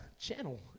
channel